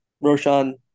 Roshan